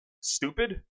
stupid